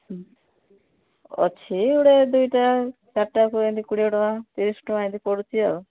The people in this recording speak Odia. ହୁଁ ଅଛି ଗୋଟେ ଦୁଇଟା ଚାରିଟାକୁ ଏମିତି କୋଡ଼ିଏ ଟଙ୍କା ତିରିଶ ଟଙ୍କା ଏମିତି ପଡ଼ୁଛି ଆଉ